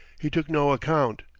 he took no account.